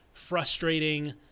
frustrating